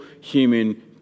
human